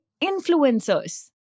influencers